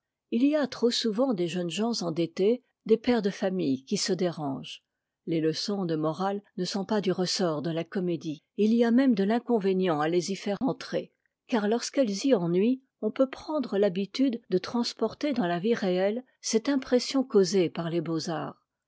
i y a trop souvent des jeunes gens endettés des pères de famille qui se dérangent les leçons de morale ne sont pas du ressort de la comédie et il y a même de l'inconvénient à les y faire entrer car lorsqu'elles y ennuient on peut prendre l'habitude de transporter dans la vie réelle cette impression causée par les beaux-arts